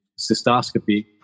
cystoscopy